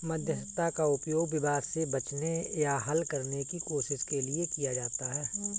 मध्यस्थता का उपयोग विवाद से बचने या हल करने की कोशिश के लिए किया जाता हैं